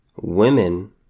Women